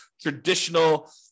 traditional